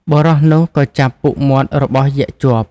បុរសនោះក៏ចាប់ពុកមាត់របស់យក្សជាប់។